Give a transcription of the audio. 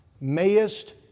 mayest